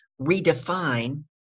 redefine